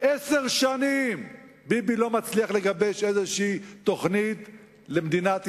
עשר שנים ביבי לא מצליח לגבש איזו תוכנית למדינת ישראל.